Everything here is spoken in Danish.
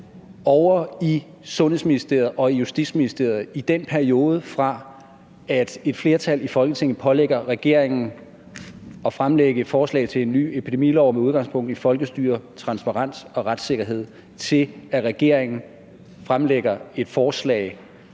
ovre i Sundhedsministeriet og Justitsministeriet i den periode, fra et flertal i Folketinget pålægger regeringen at fremlægge et forslag til en ny epidemilov med udgangspunkt i folkestyre, transparens og retssikkerhed, til at regeringen fremlægger et forslag